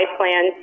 plan